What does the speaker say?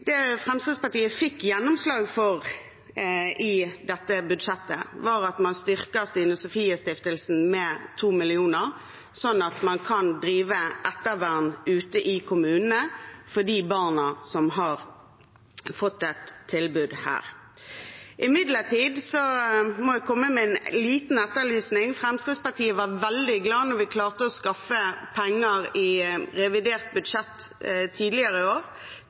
Det Fremskrittspartiet fikk gjennomslag for i dette budsjettet, var å styrke Stine Sofies Stiftelse med 2 mill. kr, slik at man kan drive ettervern ute i kommunene for de barna som har fått et tilbud her. Imidlertid må jeg komme med en liten etterlysning. Fremskrittspartiet var veldig glad da vi i revidert budsjett tidligere i år klarte å skaffe penger